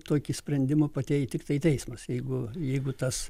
tokį sprendimą pateikt tiktai teismas jeigu jeigu tas